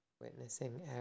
witnessing